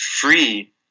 free